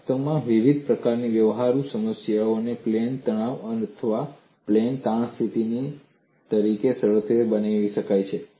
વાસ્તવમાં વિવિધ પ્રકારની વ્યવહારુ સમસ્યાઓને પ્લેન તણાવ અથવા પ્લેન તાણ પરિસ્થિતિ તરીકે સરળ બનાવી શકાય છે